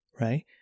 right